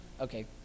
Okay